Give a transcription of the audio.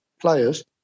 players